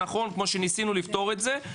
נכון שניסינו לפתור את זה.